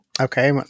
Okay